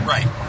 Right